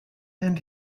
and